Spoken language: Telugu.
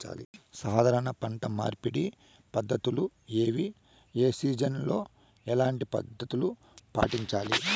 సాధారణ పంట మార్పిడి పద్ధతులు ఏవి? ఏ సీజన్ లో ఎట్లాంటి పద్ధతులు పాటించాలి?